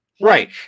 Right